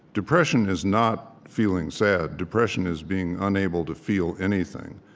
depression is not feeling sad depression is being unable to feel anything.